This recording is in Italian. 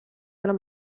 della